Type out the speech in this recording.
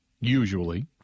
usually